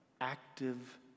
active